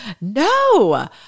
no